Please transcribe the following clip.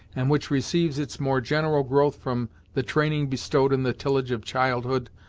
and which receives its more general growth from the training bestowed in the tillage of childhood,